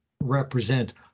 represent